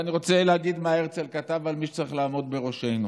ואני רוצה להגיד מה הרצל כתב על מי שצריך לעמוד בראשנו: